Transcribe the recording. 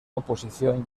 oposición